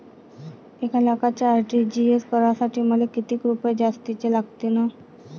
एक लाखाचे आर.टी.जी.एस करासाठी मले कितीक रुपये जास्तीचे लागतीनं?